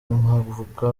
nkavuga